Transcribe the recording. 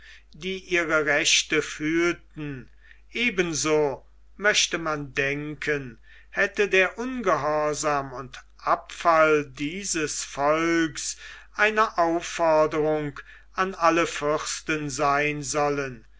die ihre rechte fühlten ebenso möchte man denken hätte der ungehorsam und abfall dieses volks eine aufforderung an alle fürsten sein sollen